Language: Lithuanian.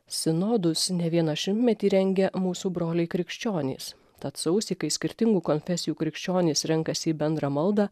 sinodus ne vieną šimtmetį rengia mūsų broliai krikščionys tad sausį kai skirtingų konfesijų krikščionys renkasi į bendrą maldą